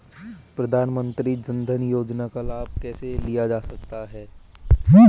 प्रधानमंत्री जनधन योजना का लाभ कैसे लिया जा सकता है?